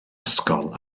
ysgol